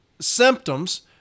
symptoms